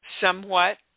Somewhat